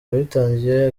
yabitangiye